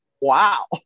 wow